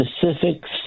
specifics